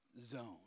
zone